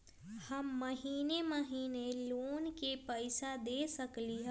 हम महिने महिने लोन के पैसा दे सकली ह?